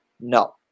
No